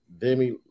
Demi